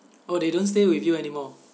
oh they don't stay with you anymore